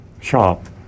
shop